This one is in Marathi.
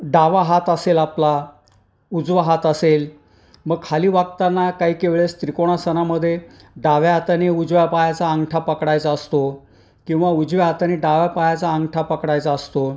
डावा हात असेल आपला उजवा हात असेल मग खाली वागताना काही काय वेळेस त्रिकोणासनामध्ये डाव्या हाताने उजव्या पायाचा अंगठा पकडायचा असतो किंवा उजव्या हाताने डाव्या पायाचा अंगठा पकडायचा असतो